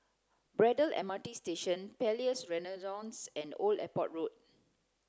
Braddell M R T Station Palais Renaissance and Old Airport Road